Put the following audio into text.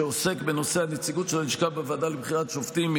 שעוסק בנושא הנציגות של הלשכה בוועדה לבחירת שופטים,